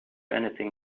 anything